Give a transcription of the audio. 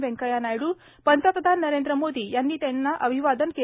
व्यंकैय्या नायडू पंतप्रधान नरेंद्र मोदी यांनी त्यांना अभिवादन केलं